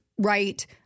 Right